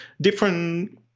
different